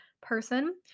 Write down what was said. person